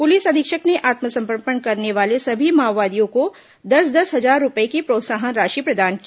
police अधीक्षक ने आत्मसमर्पण करने वाले सभी माओंवादियों को दस दस हजार रूपये की प्रोत्साहन राशि प्रदान की